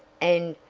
and,